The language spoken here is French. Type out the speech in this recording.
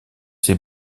ses